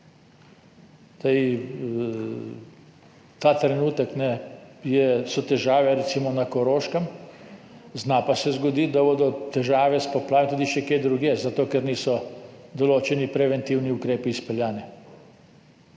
ta trenutek so težave recimo na Koroškem, zna pa se zgoditi, da bodo težave s poplavo tudi še kje drugje zato, ker niso določeni preventivni ukrepi izpeljani.